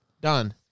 done